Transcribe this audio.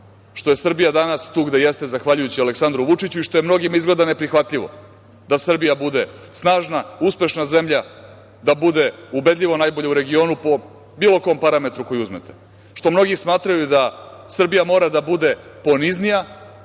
što je Srbija danas tu gde jeste zahvaljujući Aleksandru Vučiću i što je mnogima izgleda neprihvatljivo da Srbija bude snažna, uspešna zemlja, da bude ubedljivo najbolja u regionu po bilo kom parametru koji uzmete, što mnogi smatraju da Srbija mora da bude poniznija,